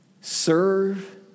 Serve